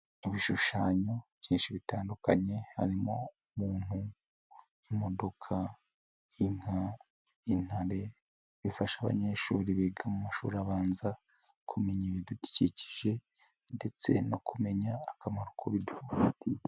Mu bishushanyo byinshi bitandukanye harimo umuntu, imodoka, intare bifasha abanyeshuri biga mu mashuri abanza kumenya ibidukikije ndetse no kumenya akamaro k'ibyo bidufitiye.